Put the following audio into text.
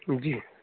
जी